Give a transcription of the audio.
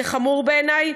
זה חמור בעיני.